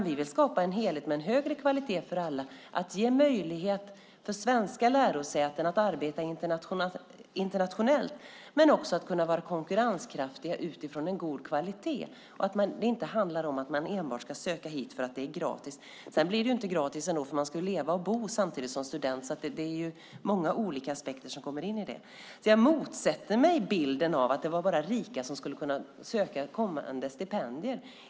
Vi vill skapa en helhet med en högre kvalitet för alla, ge möjlighet för svenska lärosäten att arbeta internationellt och vara konkurrenskraftiga med utgångspunkt i god kvalitet. Det ska inte handla om att enbart söka sig hit för att studierna är gratis. Sedan blir det ändå inte gratis eftersom man som student samtidigt ska leva och bo, så det är många olika aspekter som kommer in här. Jag motsätter mig bilden av att det bara är rika som skulle kunna söka kommande stipendier.